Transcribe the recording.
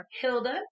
Hilda